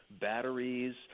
batteries